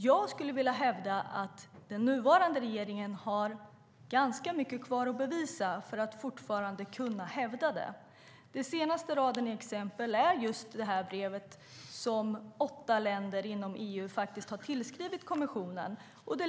Jag skulle vilja hävda att den nuvarande regeringen har ganska mycket kvar att bevisa för att fortfarande kunna hävda det. Det senaste i raden av exempel är brevet som åtta länder i EU har skrivit till kommissionen.